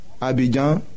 Abidjan